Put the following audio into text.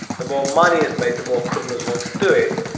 the more money is made, the more criminals want to do it.